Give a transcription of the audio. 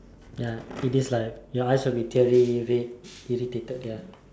ya it is lah your eyes will be teary red irritated ya